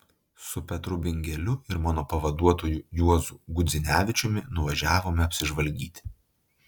su petru bingeliu ir mano pavaduotoju juozu gudzinevičiumi nuvažiavome apsižvalgyti